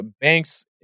banks